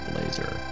Blazer